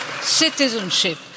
citizenship